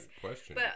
question